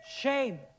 Shame